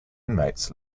inmates